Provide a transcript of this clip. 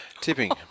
Tipping